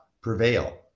prevail